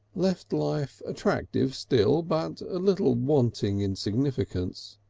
left life attractive still, but a little wanting in significance.